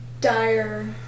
Dire